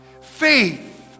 Faith